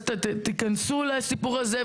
תיכנסו לסיפור הזה,